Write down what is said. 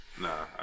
Nah